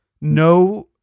No